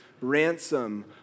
ransom